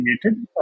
created